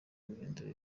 guhindura